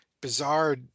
bizarre